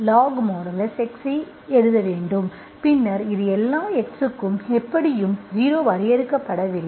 mod x log⁡|x| ஐ எழுத வேண்டும் பின்னர் இது எல்லா x க்கும் எப்படியும் 0 வரையறுக்கப்படவில்லை